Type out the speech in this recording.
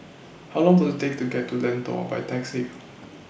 How Long Does IT Take to get to Lentor By Taxi